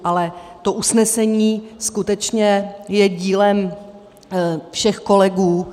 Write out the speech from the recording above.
Ale to usnesení skutečně je dílem všech kolegů.